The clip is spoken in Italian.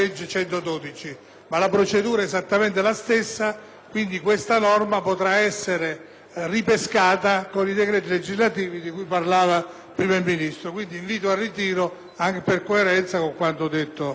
e questa norma potrà essere ripescata con i decreti legislativi di cui parlava prima il Ministro. Pertanto, invito al ritiro per coerenza con quanto detto precedentemente.